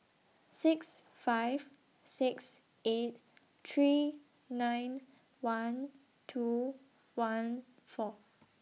six five six eight three nine one two one four